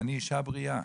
אני אישה בריאה,